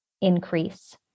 increase